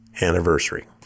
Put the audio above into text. anniversary